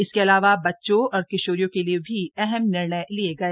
इसके अलावा बच्चों और किशोरियों के लिए भी अहम निर्णय लिये गए